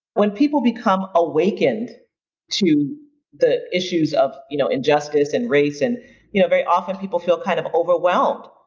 when people become awakened to the issues of you know injustice and race, and you know very often people feel kind of overwhelmed,